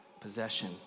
possession